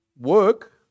work